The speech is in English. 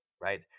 Right